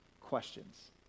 questions